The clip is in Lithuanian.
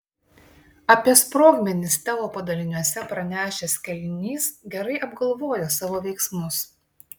apie sprogmenis teo padaliniuose pranešęs kalinys gerai apgalvojo savo veiksmus